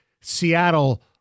Seattle